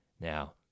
Now